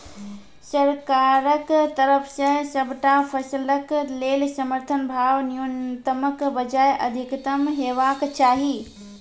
सरकारक तरफ सॅ सबटा फसलक लेल समर्थन भाव न्यूनतमक बजाय अधिकतम हेवाक चाही?